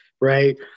right